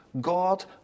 God